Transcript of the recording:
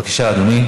בבקשה, אדוני.